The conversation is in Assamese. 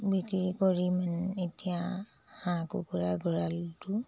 বিক্ৰী কৰি মানে এতিয়া হাঁহ কুকুৰা গঁৰালটো